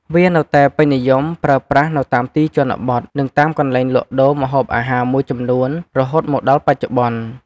វានៅតែពេញនិយមប្រើប្រាស់នៅតាមទីជនបទ និងតាមកន្លែងលក់ដូរម្ហូបអាហារមួយចំនួនរហូតមកដល់បច្ចុប្បន្ន។